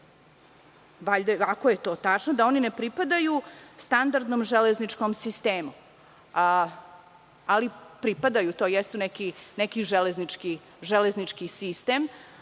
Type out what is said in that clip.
kažete, ako je to tačno, da oni ne pripadaju standardnom železničkom sistemu, ali pripadaju. To jeste neki železnički sistem